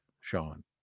Sean